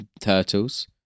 turtles